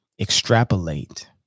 Extrapolate